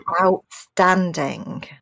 outstanding